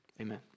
Amen